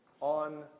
on